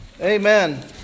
Amen